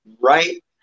right